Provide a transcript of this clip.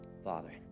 Father